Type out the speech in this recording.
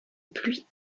pluie